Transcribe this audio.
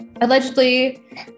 Allegedly